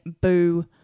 Boo